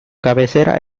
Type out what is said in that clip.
cabecera